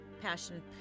Passion